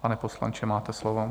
Pane poslanče, máte slovo.